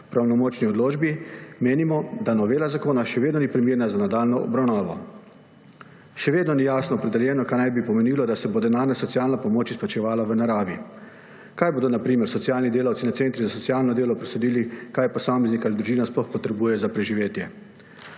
po pravnomočni odločbi, menimo, da novela zakona še vedno ni primerna za nadaljnjo obravnavo. Še vedno ni jasno opredeljeno, kaj naj bi pomenilo, da se bo denarna socialna pomoč izplačevala v naravi. Kako bodo na primer socialni delavci na centrih za socialno delo presodili, kaj posameznik ali družina sploh potrebuje za preživetje?